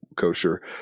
kosher